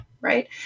right